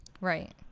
Right